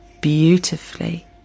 beautifully